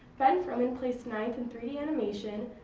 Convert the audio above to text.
ben fromen placed ninth in three d animation,